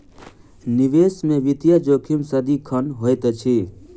निवेश में वित्तीय जोखिम सदिखन होइत अछि